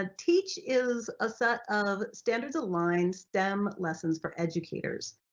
ah teach is a set of standards aligned stem lessons for educators,